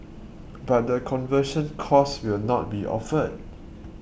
but the conversion course will not be offered